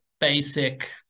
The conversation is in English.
basic